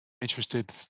interested